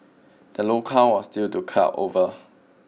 the low count was due to cloud over